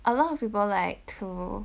a lot of people like to